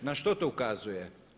Na što to ukazuje?